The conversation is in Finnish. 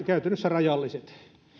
käytännössä hyvin rajalliset